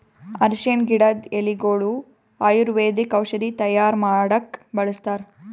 ಅರ್ಷಿಣ್ ಗಿಡದ್ ಎಲಿಗೊಳು ಆಯುರ್ವೇದಿಕ್ ಔಷಧಿ ತೈಯಾರ್ ಮಾಡಕ್ಕ್ ಬಳಸ್ತಾರ್